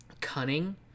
cunning